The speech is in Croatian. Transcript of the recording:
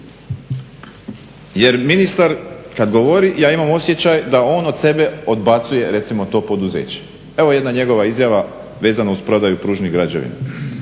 Jer ministar kad govori ja imam osjećaj da on od sebe odbacuje recimo to poduzeće. Evo jedna njegova izjava vezano uz prodaju pružnih građevina: